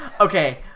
Okay